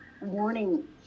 warning